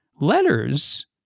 letters